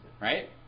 right